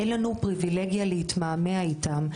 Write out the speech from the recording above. אין לנו פריבילגיה להתמהמה איתם.